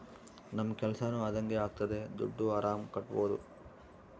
ನಮ್ ಕೆಲ್ಸನೂ ಅದಂಗೆ ಆಗ್ತದೆ ದುಡ್ಡು ಆರಾಮ್ ಕಟ್ಬೋದೂ